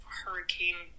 hurricane